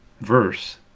verse